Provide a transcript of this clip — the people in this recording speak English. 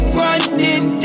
running